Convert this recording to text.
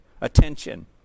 attention